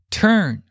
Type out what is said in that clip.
turn